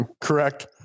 Correct